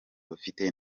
bafite